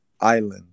Island